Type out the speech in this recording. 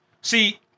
See